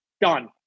Done